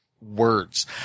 words